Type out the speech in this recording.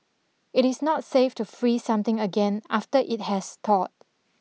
it is not safe to freeze something again after it has thawed